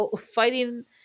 fighting